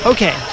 Okay